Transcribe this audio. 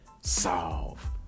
solve